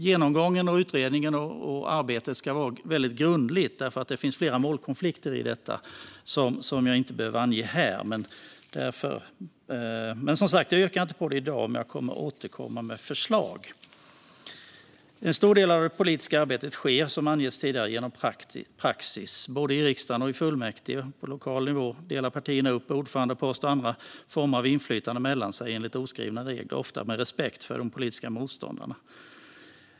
Genomgången, utredningen och arbetet ska vara grundliga, för det finns flera målkonflikter i detta som jag inte behöver ange här. Jag gör inget yrkande om detta i dag, men jag kommer att återkomma med förslag. En stor del av det politiska arbetet sker, som har angetts tidigare, genom praxis. Både i riksdagen och i fullmäktige på lokal nivå delar partierna upp ordförandeposter och andra former av inflytande mellan sig enligt oskrivna regler, ofta med respekt för de politiska motståndarna.